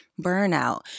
burnout